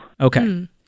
Okay